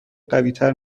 قویتر